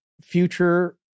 future